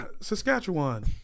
Saskatchewan